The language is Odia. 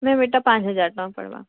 ମ୍ୟାମ୍ ଏଇଟା ପାଞ୍ଚ୍ ହଜାର୍ ଟଙ୍କା ପଡ଼୍ବ